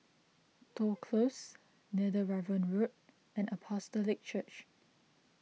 Toh Close Netheravon Road and Apostolic Church